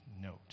note